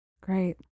Great